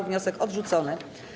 Wniosek odrzucony.